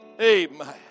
Amen